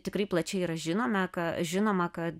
tikrai plačiai yra žinome ka žinoma kad